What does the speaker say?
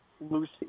Lucy